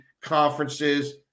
conferences